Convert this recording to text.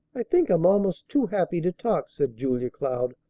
i think i'm almost too happy to talk, said julia cloud,